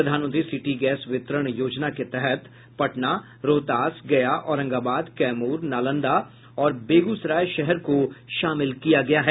प्रधानमंत्री city gas वितरण योजना के तहत पटना रोहतास गया औरंगाबाद कैमूर नालंदा और बेगूसराय शहर को शामिल किया गया है